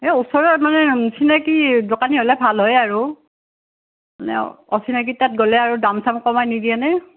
সেই ওচৰত মানে চিনাকী দোকানী হ'লে ভাল হয় আৰু মানে অ অচিনাকী তাত গ'লে আৰু দাম চাম কমাই নিদিয়ে নে